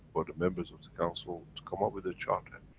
for the members of the council to come up with a charter.